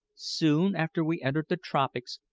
soon after we entered the tropics,